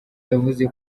yavuze